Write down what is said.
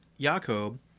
Jacob